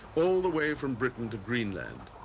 all the way from britain to greenland.